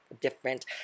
different